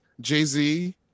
Jay-Z